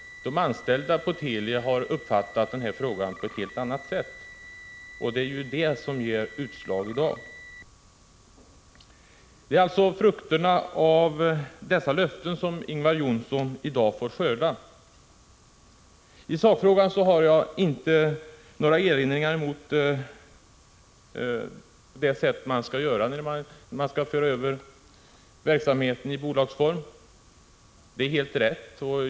De anställda på Teli har uppfattat denna fråga på ett helt annat sätt. Det är detta som i dag ger utslag. Det är frukterna av tidigare löften som Ingvar Johnsson nu får skörda. I sakfrågan har jag inte några erinringar mot det föreslagna sättet att föra över verksamheten i bolagsform — det är helt rätt.